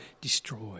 destroyed